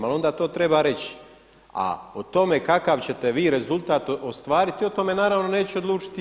Ali to onda treba reći, a o tome kakav ćete vi rezultat ostvariti o tome naravno neću odlučiti ja.